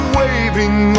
waving